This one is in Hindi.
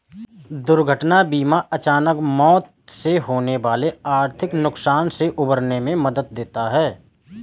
दुर्घटना बीमा अचानक मौत से होने वाले आर्थिक नुकसान से उबरने में मदद देता है